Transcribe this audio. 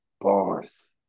Bars